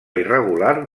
irregular